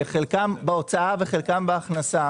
שחלקם בהוצאה וחלקם בהכנסה,